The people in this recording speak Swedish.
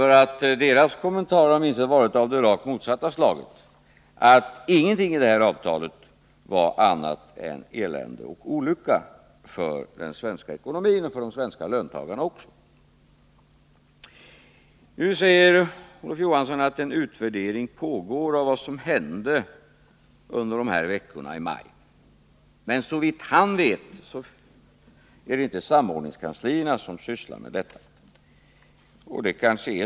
Deras kommentarer har bevisligen varit av det rakt motsatta slaget, dvs. att ingenting i det här avtalet var annat än elände och olycka för den svenska ekonomin och också för de svenska arbetstagarna. En utvärdering pågår av vad som hänt under de här veckorna i maj, säger Olof Johansson, men såvitt han vet är det inte samordningskanslierna som sysslar med det. Det kanske är så.